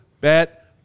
bet